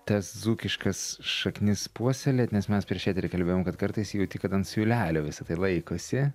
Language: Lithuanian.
tas dzūkiškas šaknis puoselėt nes mes prieš eterį kalbėjom kad kartais jauti kad ant siūlelio visa tai laikosi